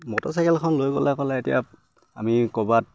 motor চাইকেলখন লৈ গ'লে ক'লে এতিয়া আমি ক'ৰবাত